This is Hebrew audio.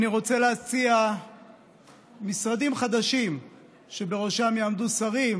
אני רוצה להציע משרדים חדשים שבראשם יעמדו שרים,